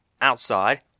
outside